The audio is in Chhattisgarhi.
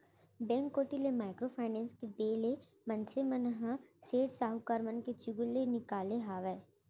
बेंक कोती ले माइक्रो फायनेस के देय ले मनसे मन ह सेठ साहूकार मन के चुगूल ले निकाले हावय